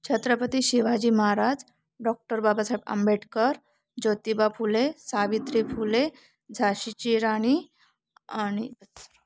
Chhatrapati Shivaji Maharaj doctor Babasaheb Ambedkar Jyotiba Phule Savitri Phule झाशीची राणी आणि